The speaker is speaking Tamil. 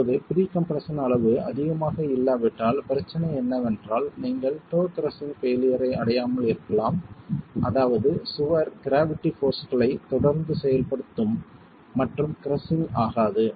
இப்போது ப்ரீ கம்ப்ரெஸ்ஸன் அளவு அதிகமாக இல்லாவிட்டால் பிரச்சனை என்னவென்றால் நீங்கள் டோ கிரஸ்ஸிங் பெயிலியர் ஐ அடையாமல் இருக்கலாம் அதாவது சுவர் க்ராவிட்டி போர்ஸ் களை தொடர்ந்து செயல்படுத்தும் மற்றும் கிரஸ்ஸிங் ஆகாது